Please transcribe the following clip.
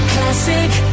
Classic